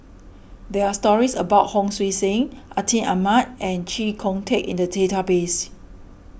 there are stories about Hon Sui Sen Atin Amat and Chee Kong Tet in the database